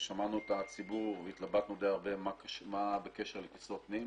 שמענו את הציבור והתלבטנו די הרבה מה בקשר לטיסות פנים.